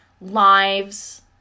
lives